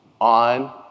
on